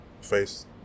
face